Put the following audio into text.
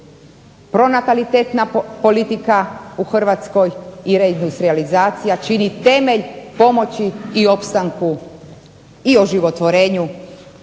pronatalitetna politika u Hrvatskoj i reindustrijalizacija čini temelj pomoći i opstanku i oživotvorenju